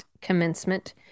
commencement